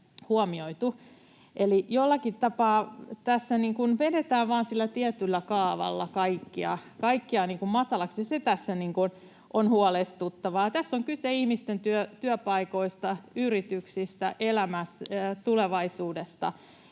jollakin tapaa tässä vain vedetään sillä tietyllä kaavalla kaikkia matalaksi, se tässä on huolestuttavaa. Tässä on kyse ihmisten työpaikoista, yrityksistä, tulevaisuudesta,